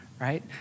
right